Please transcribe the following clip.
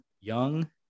young